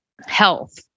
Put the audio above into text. health